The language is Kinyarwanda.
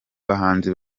bahanzi